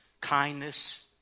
kindness